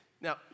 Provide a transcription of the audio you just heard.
Now